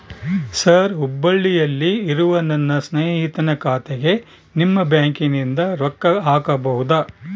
Sir ಹುಬ್ಬಳ್ಳಿಯಲ್ಲಿ ಇರುವ ನನ್ನ ಸ್ನೇಹಿತನ ಖಾತೆಗೆ ನಿಮ್ಮ ಬ್ಯಾಂಕಿನಿಂದ ರೊಕ್ಕ ಹಾಕಬಹುದಾ?